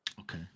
okay